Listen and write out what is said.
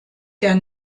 der